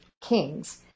kings